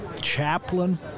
Chaplain